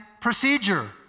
procedure